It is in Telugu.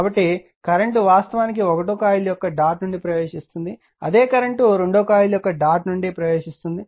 కాబట్టి కరెంట్ వాస్తవానికి 1 వ కాయిల్ యొక్క డాట్ నుండి ప్రవేశిస్తుంది అదే కరెంట్ 2 వ కాయిల్ యొక్క డాట్ నుండి ప్రవేశిస్తుంది